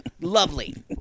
lovely